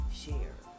share